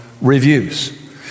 reviews